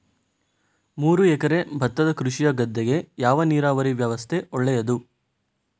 ಮೂರು ಎಕರೆ ಭತ್ತದ ಕೃಷಿಯ ಗದ್ದೆಗೆ ಯಾವ ನೀರಾವರಿ ವ್ಯವಸ್ಥೆ ಒಳ್ಳೆಯದು?